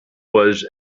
was